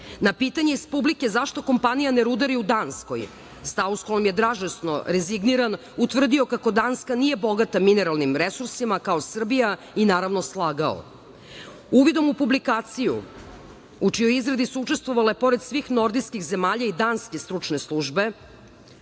pitanje iz publike zašto kompanija ne rudari u Danskoj, Stausholm je dražesno rezigniran utvrdio kako Danska nije bogata mineralnim resursima kao Srbija i, naravno, slagao. Uvidom u publikaciju, u čijoj izradi su učestvovale, pored svih nordijskih zemalja, i danske stručne službe,